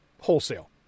Wholesale